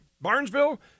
Barnesville